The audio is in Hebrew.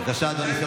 בבקשה, אדוני.